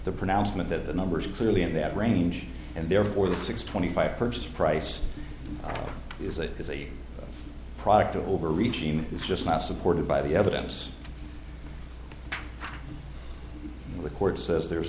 the pronouncement that the numbers are clearly in that range and therefore the six twenty five purchase price is that is a product of overreaching is just not supported by the evidence the court says there